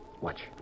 Watch